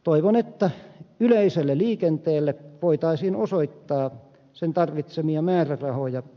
toivon että yleiselle liikenteelle voitaisiin osoittaa sen tarvitsemia määrärahoja